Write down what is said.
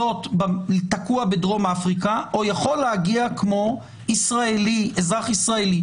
תקוע בדרום אפריקה או יכול להגיע כמו אזרח ישראלי,